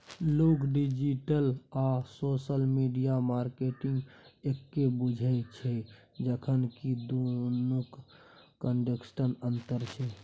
लोक डिजिटल आ social media मार्केटिंगकेँ एक्के बुझय छै जखन कि दुनुक कंसेप्टमे अंतर छै